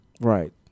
right